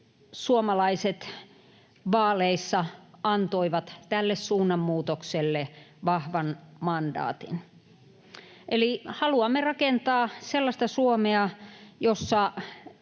suomalaiset vaaleissa antoivat tälle suunnanmuutokselle vahvan mandaatin. Eli haluamme rakentaa sellaista Suomea, jossa